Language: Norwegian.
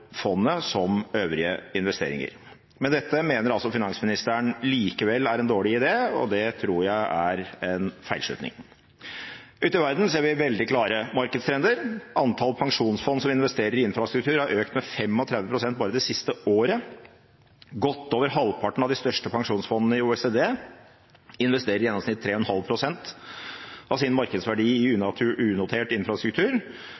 fondet som øvrige investeringer. Men dette mener altså finansministeren likevel er en dårlig idé, og det tror jeg er en feilslutning. Ute i verden ser vi veldig klare markedstrender. Antall pensjonsfond som investerer i infrastruktur, har økt med 35 pst. bare det siste året. Godt over halvparten av de største pensjonsfondene i OECD investerer i gjennomsnitt 3,5 pst. av sin markedsverdi i